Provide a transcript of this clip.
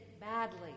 badly